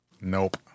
Nope